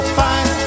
fine